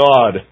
God